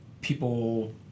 people